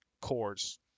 cores